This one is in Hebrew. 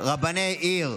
רבני עיר,